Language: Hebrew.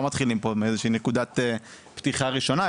מתחילים פה מאיזו שהיא נקודת פתיחה ראשונה,